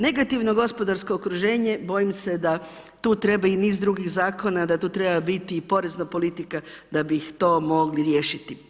Negativno gospodarsko okruženje, bojim se da tu treba i niz drugih zakona, da tu treba biti i porezna politika, da bi to mogli riješiti.